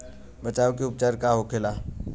बचाव व उपचार का होखेला?